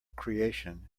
creation